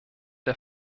der